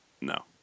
No